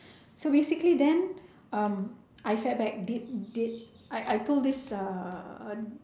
so basically then um I feedback I I told this uh